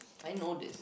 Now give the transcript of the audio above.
I know this